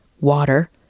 water